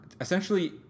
essentially